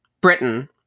Britain